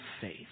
faith